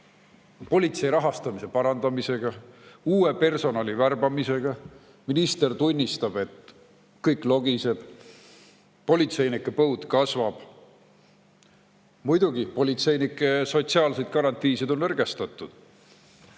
politsei rahastamise parandamisega ja uue personali värbamisega, minister tunnistab, et kõik logiseb ja politseinike põud kasvab. Muidugi, politseinike sotsiaalseid garantiisid on nõrgestatud,